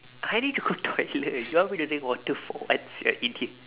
I need to go toilet you want me to drink water for what sia idiot